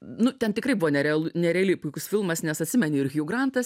nu ten tikrai buvo nerealu nerealiai puikus filmas nes atsimeni ir hiu grantas